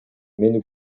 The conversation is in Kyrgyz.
мени